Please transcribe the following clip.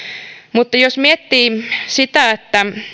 mutta jos miettii sitä